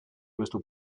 questo